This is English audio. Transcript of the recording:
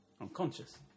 unconscious